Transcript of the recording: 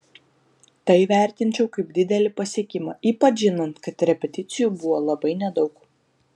tai vertinčiau kaip didelį pasiekimą ypač žinant kad repeticijų buvo labai nedaug